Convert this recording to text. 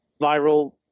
viral